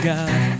God